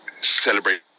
celebrate